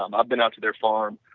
um i've been out to their farm,